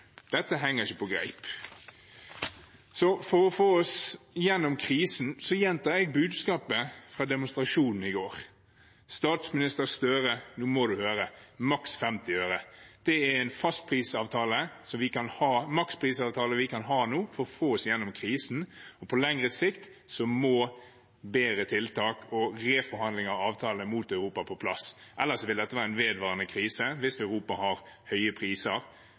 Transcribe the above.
Dette henger ikke på greip. For å få oss gjennom krisen gjentar jeg budskapet fra demonstrasjonen i går: Statsminister Støre, nå må du høre: maks 50 øre! Det er en maksprisavtale vi kan ha nå for å få oss gjennom krisen. På lengre sikt må bedre tiltak og en reforhandling av avtalene med Europa på plass. Ellers vil dette være en vedvarende krise hvis Europa har høye priser,